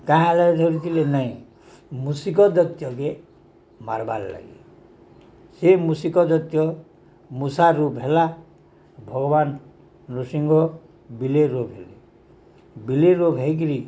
କାଁ ହେଲାରେ ଧରୁଥିଲେ ନାଇଁ ମୂଷିକ ଦୈତ୍ୟକେ ମାରବାର ଲାଗି ସେ ମୂଷିକ ଦୈତ୍ୟ ମୂଷା ରୁପ୍ ହେଲା ଭଗବାନ ନୃସିଂହ ବିଲେଇ ରୁପ୍ ହେଲେ ବିଲେଇ ରୁପ୍ ହେଇକିରି